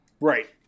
right